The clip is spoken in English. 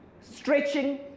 Stretching